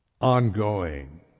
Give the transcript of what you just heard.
ongoing